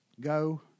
go